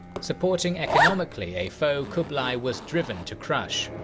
supporting economically a foe kublai was driven to crush.